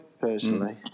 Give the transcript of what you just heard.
personally